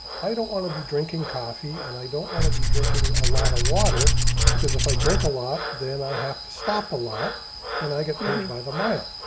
i don't want to be drinking coffee and i don't want to be drinking a lot of water because if i drink a lot, then i have to stop a lot and i get paid by the mile.